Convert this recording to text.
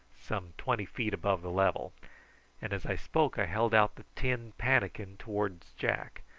some twenty feet above the level and as i spoke i held out the tin pannikin towards jack,